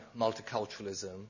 multiculturalism